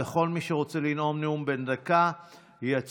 וכל מי שרוצה לנאום נאום בן דקה יצביע,